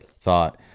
thought